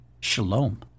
shalom